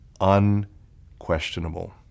unquestionable